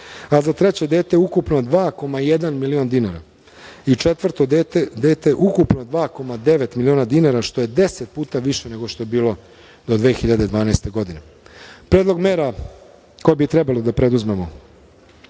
a za treće dete ukupno 2,1 miliona dinara i četvrto dete ukupno 2,9 miliona dinara, što je deset puta više nego što je bilo so 2012. godine. Predlog mera koje bi trebali da preduzmemo